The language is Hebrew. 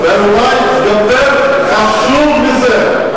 ואולי יותר חשוב מזה,